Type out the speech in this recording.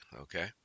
okay